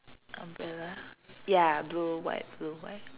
umbrella ya blue white blue white